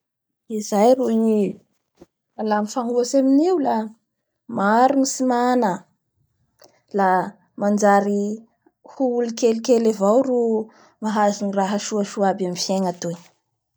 Izay ro i, fa la mifanohatsy aminio la maro ny tsy mana la manjary ho olo kelikely avao ro mahazo ny raha soasoa aby amin'ny fiegna toy.